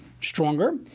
stronger